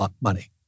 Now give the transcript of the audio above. money